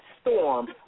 storm